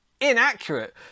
inaccurate